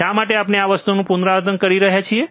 શા માટે આપણે આ વસ્તુનું પુનરાવર્તન કરી રહ્યા છીએ